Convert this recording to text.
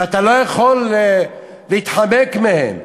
ואתה לא יכול להתחמק מהן.